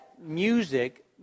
Music